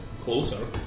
closer